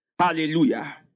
Hallelujah